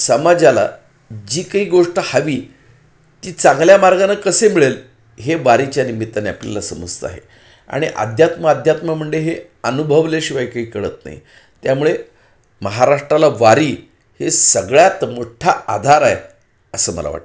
समाजाला जी काही गोष्ट हवी ती चांगल्या मार्गानं कसे मिळेल हे वारीच्या निमित्ताने आपल्याला समजतं आहे आणि अध्यात्म आध्यात्म म्हंडे हे अनुभवल्याशिवाय काही कळत नाही त्यामुळे महाराष्ट्राला वारी हे सगळ्यात मोठ्ठा आधार आहे असं मला वाटतं